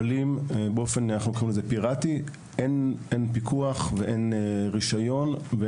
׳פיראטיים׳ - קבוצה של בתי ספר שעליהם אין פיקוח ואין להם רישיון.